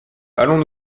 allons